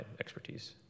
expertise